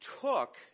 took